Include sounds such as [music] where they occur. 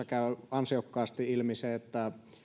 [unintelligible] käy ansiokkaasti ilmi se että